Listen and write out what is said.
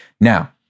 Now